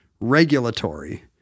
regulatory